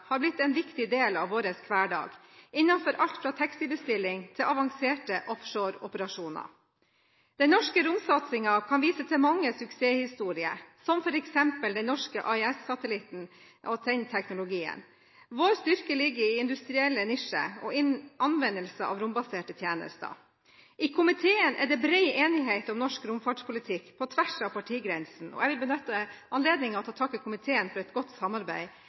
har blitt en viktig del av vår hverdag, innenfor alt fra taxibestilling til avanserte offshoreoperasjoner. Den norske romsatsingen kan vise til mange suksesshistorier, som f.eks. den norske AIS-satellitteknologien. Vår styrke ligger i industrielle nisjer og innen anvendelse av rombaserte tjenester. I komiteen er det bred enighet om norsk romfartspolitikk på tvers av partigrensene. Jeg vil benytte anledningen til å takke komiteen for et godt samarbeid